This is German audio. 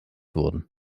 wurden